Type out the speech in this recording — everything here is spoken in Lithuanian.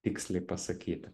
tiksliai pasakyti